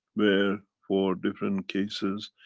where for different cases,